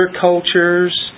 cultures